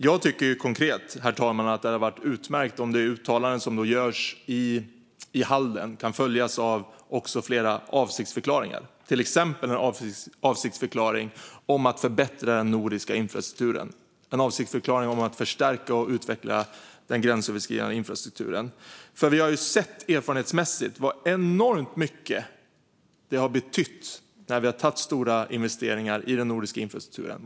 Jag tycker konkret, herr talman, att det vore utmärkt om det uttalande som görs i Halden kunde följas av flera avsiktsförklaringar, till exempel en avsiktsförklaring om att förbättra den nordiska infrastrukturen och en avsiktsförklaring om att förstärka och utveckla den gränsöverskridande infrastrukturen. Vi har ju sett erfarenhetsmässigt vad enormt mycket det har betytt när vi gjort stora investeringar i den nordiska infrastrukturen.